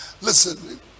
listen